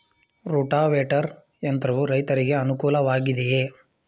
Rotavator ಯಂತ್ರವು ರೈತರಿಗೆ ಅನುಕೂಲ ವಾಗಿದೆಯೇ?